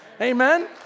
Amen